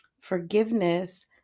forgiveness